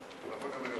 זה נכון גם לגבי,